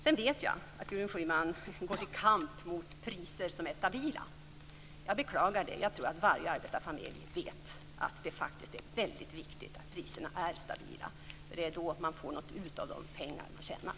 Sedan vet jag att Gudrun Schyman går till kamp mot priser som är stabila. Jag beklagar det. Jag tror att varje arbetarfamilj vet att det faktiskt är mycket viktigt att priserna är stabila. Det är då man får ut något av de pengar man tjänar.